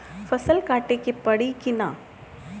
फसल काटे के परी कि न?